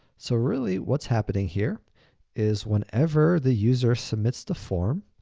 so really, what's happening here is whenever the user submits the form,